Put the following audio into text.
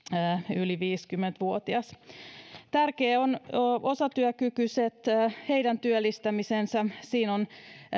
yli viisikymmentä vuotias tärkeä asia ovat osatyökykyiset heidän työllistämisensä sillä on